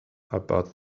about